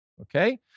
okay